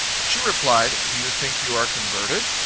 she replied, do you think you are converted?